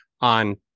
on